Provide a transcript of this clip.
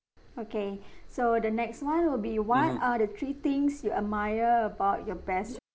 okay so the next one will be what are the three things you admire about your best